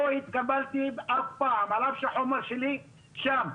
לא התקבלתי אף פעם, על אף שהחומר שלי שם.